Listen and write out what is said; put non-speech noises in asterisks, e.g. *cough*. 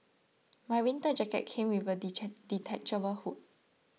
my winter jacket came with a *noise* detachable hood